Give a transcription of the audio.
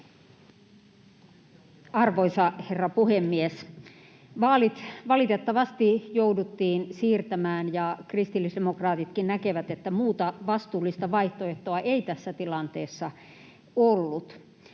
Arvoisa herra puhemies! Vaalit valitettavasti jouduttiin siirtämään, ja kristillisdemokraatitkin näkevät, että muuta vastuullista vaihtoehtoa ei tässä tilanteessa ollut.